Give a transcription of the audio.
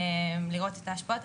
לראות את ההשפעות.